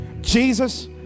Jesus